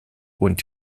und